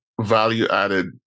value-added